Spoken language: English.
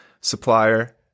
supplier